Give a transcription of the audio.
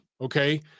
okay